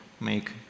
make